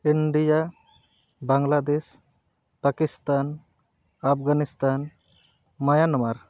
India Bangladesh Pakistan Afghanistan Myanmar